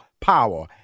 Power